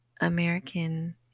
American